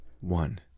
one